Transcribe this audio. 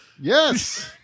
Yes